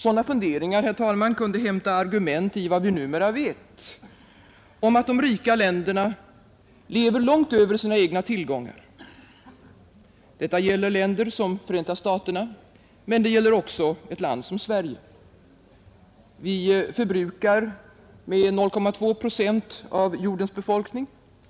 Sådana funderingar, herr talman, kunde hämta argument i vad vi numera vet om att de rika länderna lever långt över sina egna tillgångar. Detta gäller länder som Förenta staterna, men det gäller också ett land som Sverige. Vi förbrukar med 0,2 procent av jordens befolkning